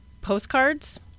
postcards